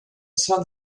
sell